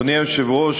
אדוני היושב-ראש,